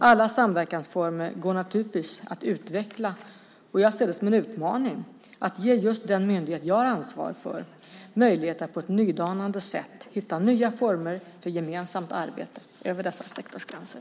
Alla samverkansformer går naturligtvis att utveckla, och jag ser det som en utmaning att ge just den myndighet jag har ansvar för möjligheter att på ett nydanande sätt hitta nya former för gemensamt arbete över dessa sektorsgränser.